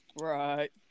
Right